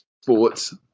sports